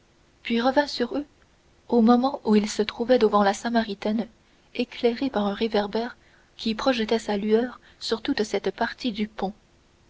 puis revint sur eux au moment où ils se trouvaient devant la samaritaine éclairée par un réverbère qui projetait sa lueur sur toute cette partie du pont